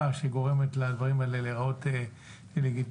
שגורמת לדברים האלה להיראות לגיטימיים,